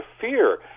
fear